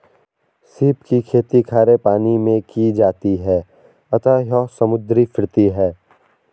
सीप की खेती खारे पानी मैं की जाती है अतः यह समुद्री फिरती है